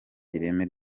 ireme